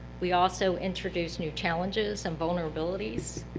we also introduce new challenges and vulnerabilities.